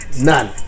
None